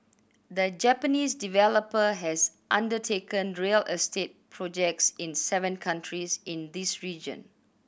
the Japanese developer has undertaken real estate projects in seven countries in this region